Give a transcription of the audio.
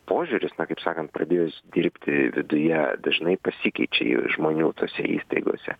požiūris na kaip sakant pradėjus dirbti viduje dažnai pasikeičia į žmonių tose įstaigose